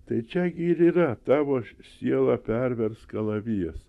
tai čia gi ir yra tavo sielą pervers kalavijas